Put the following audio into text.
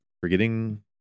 forgetting